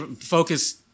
focus